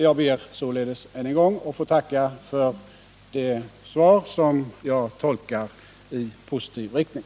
Jag ber således att än en gång få tacka för svaret, som jag tolkar i positiv riktning.